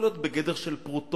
זה יכול להיות בגדר של פרוטות,